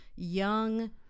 young